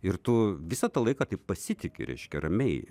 ir tu visą tą laiką taip pasitiki reiškia ramiai